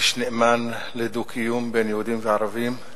איש נאמן לדו-קיום בין יהודים וערבים,